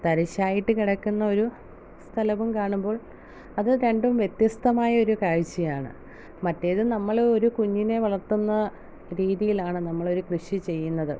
തരിശായിട്ട് കിടക്കുന്ന ഒരു സ്ഥലവും കാണുമ്പോൾ അത് രണ്ടും വ്യത്യസ്തമായൊരു കാഴ്ചയാണ് മറ്റേത് നമ്മൾ ഒരു കുഞ്ഞിനെ വളർത്തുന്ന രീതിയിലാണ് നമ്മൾ ഒരു കൃഷി ചെയ്യുന്നത്